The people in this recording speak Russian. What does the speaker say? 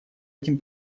этим